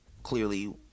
clearly